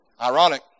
Ironic